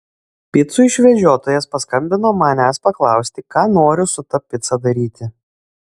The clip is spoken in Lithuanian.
picų išvežiotojas paskambino manęs paklausti ką noriu su ta pica daryti